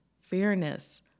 fairness